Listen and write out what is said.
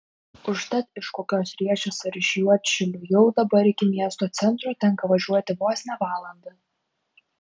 užtat iš kokios riešės ar iš juodšilių jau dabar iki miesto centro tenka važiuoti vos ne valandą